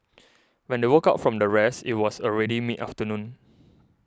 when they woke up from their rest it was already mid afternoon